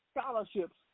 Scholarships